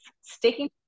sticking